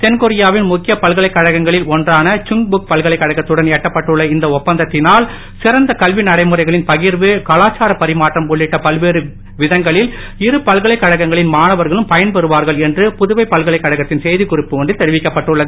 தென்கொரியா வின் முக்கிய பல்கலைக்கழகங்களில் ஒன்றான சுங்புக் பல்கலைக்கழகத்துடன் எட்டப்பட்டுள்ள இந்த ஒப்பந்தத்தினால் சிறந்த கல்வி நடைமுறைகளின் பகிர்வு கலாச்சார பரிமாற்றம் உள்ளிட்ட பல்வேறு விதங்களில் இரு பல்கலைக்கழகங்களின் மாணவர்களும் பயன்பெறுவார்கள் என்று புதுவை பல்கலைக்கழகத்தின் செய்திக்குறிப்பு ஒன்றில் தெரிவிக்கப்பட்டுள்ளது